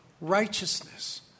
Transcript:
righteousness